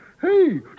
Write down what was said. Hey